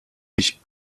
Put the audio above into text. mich